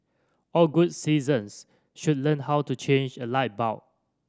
all good citizens should learn how to change a light bulb